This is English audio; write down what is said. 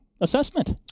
assessment